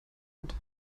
hat